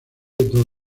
dos